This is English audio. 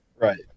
Right